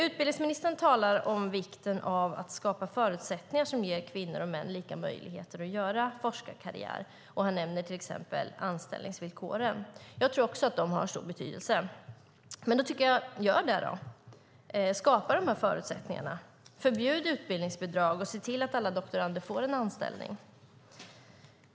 Utbildningsministern talar om vikten av att skapa förutsättningar som ger kvinnor och män lika möjligheter att göra forskarkarriär, och han nämner till exempel anställningsvillkoren. Jag tror också att de ha stor betydelse, så varför skapar man inte dessa förutsättningar? Förbjud utbildningsbidragen och se till att alla doktorander får en anställning.